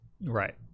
Right